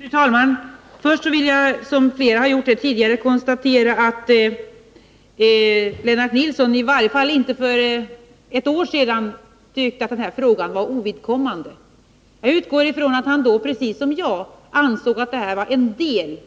Fru talman! Först vill jag i likhet med flera andra talare konstatera att Lennart Nilsson i varje fall inte för ett år sedan tyckte att det här var en ovidkommande fråga. Jag utgår från att han då precis som jag ansåg att detta var en del